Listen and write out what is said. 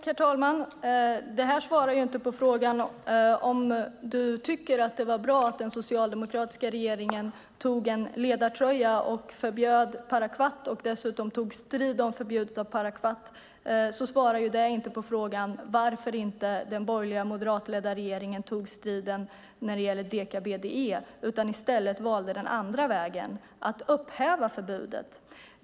Herr talman! Att Linda Andersson tycker att det var bra att den socialdemokratiska regeringen tog ledartröjan och förbjöd parakvat och tog strid för det svarar inte på frågan varför den borgerliga moderatledda regeringen inte tog strid när det gällde deka-BDE utan i stället valde att upphäva förbudet.